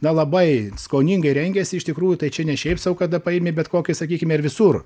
na labai skoningai rengėsi iš tikrųjų tai čia ne šiaip sau kada paimi bet kokį sakykime ir visur